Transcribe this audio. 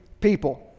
people